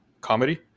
comedy